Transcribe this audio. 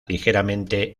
ligeramente